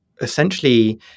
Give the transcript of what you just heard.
essentially